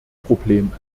problem